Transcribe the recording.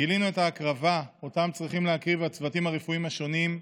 גילינו את ההקרבה שצריכים להקריב הצוותים הרפואיים השונים,